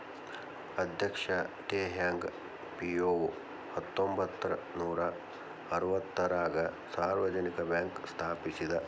ಅಧ್ಯಕ್ಷ Teh Hong Piow ಹತ್ತೊಂಬತ್ ನೂರಾ ಅರವತ್ತಾರಗ ಸಾರ್ವಜನಿಕ ಬ್ಯಾಂಕ್ ಸ್ಥಾಪಿಸಿದ